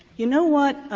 you know what,